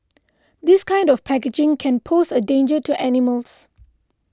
this kind of packaging can pose a danger to animals